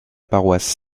paroisse